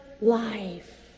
life